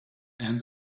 and